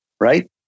Right